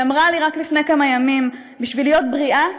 שאמרה לי רק לפני כמה ימים: בשביל להיות בריאה,